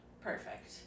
Perfect